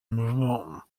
mouvement